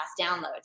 downloads